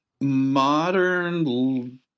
modern